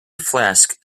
flask